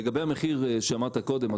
לגבי המחיר שמעת מקודם,